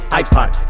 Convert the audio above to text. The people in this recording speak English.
iPod